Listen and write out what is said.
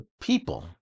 people